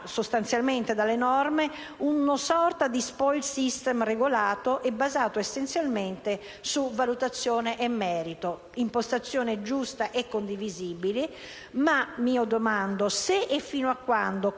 sostanzialmente dalle norme una sorta di *spoil system* regolato e basato essenzialmente su valutazione e merito. È una impostazione giusta e condivisibile, ma mi domando: se e fino a quando